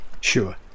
Sure